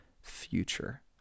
future